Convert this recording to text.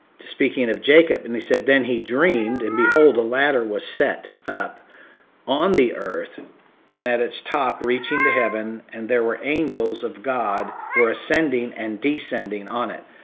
to speaking of jacob and he said, then he dreamed and behold a ladder was set up on the earth and at its top reaching to heaven, and there were angels of god who were ascending and descending on it.